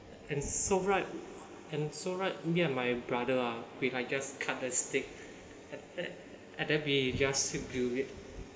and so right and so right me and my brother ah we like just cut the steak and then we just grill it